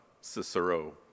Cicero